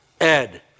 Ed